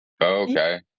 Okay